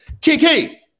kiki